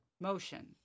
Motion